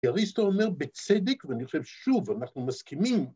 כי אריסטו אומר, בצדק, ‫ואני חושב שוב, אנחנו מסכימים.